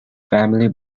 family